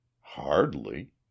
Hardly